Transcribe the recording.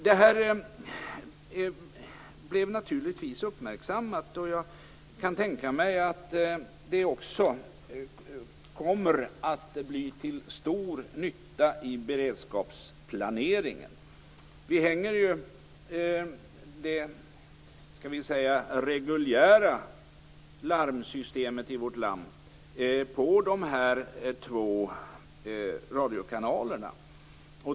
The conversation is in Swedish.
Det här blev naturligtvis uppmärksammat, och jag kan tänka mig att det också kommer att bli till stor nytta i beredskapsplaneringen. Vi hänger ju upp det, skall vi säga, reguljära larmsystemet i vårt land på de här två radiokanalerna.